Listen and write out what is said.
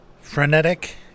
frenetic